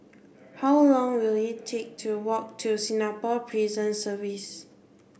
how long will it take to walk to Singapore Prison Service